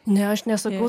ne aš nesakiau